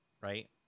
right